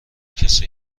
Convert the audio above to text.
کسی